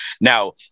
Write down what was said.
Now